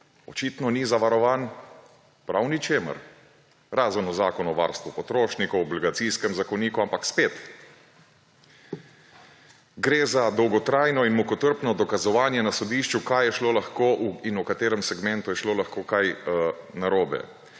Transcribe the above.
očitno ni zavarovan prav v ničemer, razen v Zakonu o varstvu potrošnikov, Obligacijskem zakoniku, ampak spet, gre za dolgotrajno in mukotrpno dokazovanje na sodišču, kaj je šlo lahko in v katerem segmentu je šlo lahko kaj narobe.